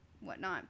whatnot